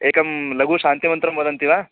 एकं लघुः शन्तिमन्त्रं वदन्ति वा